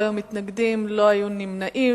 לא היו מתנגדים ולא היו נמנעים.